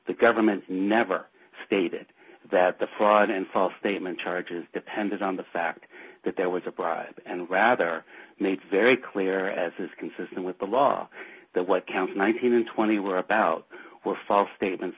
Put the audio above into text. the government never stated that the fraud and false statement charges depended on the fact that there was a bribe and rather made very clear as is consistent with the law that what counts nineteen and twenty were about were false statements